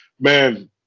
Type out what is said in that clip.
man